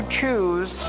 choose